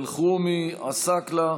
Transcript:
אלחרומי, עסאקלה,